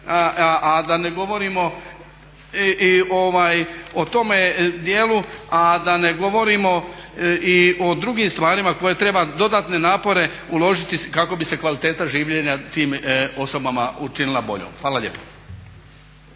a da ne govorimo i o tome dijelu, a da ne govorimo i o drugim stvarima koje treba dodatne napore uložiti kako bi se kvaliteta življenja tim osobama učinila boljom. Fala lijepo.